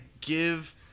give